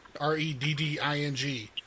R-E-D-D-I-N-G